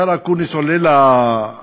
את השר אקוניס עולה לדוכן,